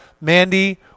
Mandy